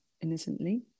innocently